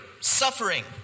suffering